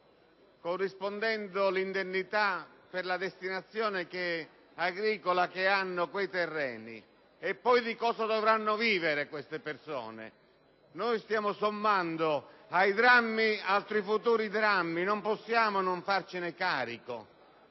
corrispondendo l'indennità per la destinazione agricola che hanno quei terreni; di cosa dovranno poi vivere queste persone? Stiamo sommando ai drammi altri futuri drammi, non possiamo non farcene carico.